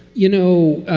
you know,